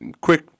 quick